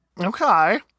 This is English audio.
okay